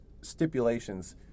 stipulations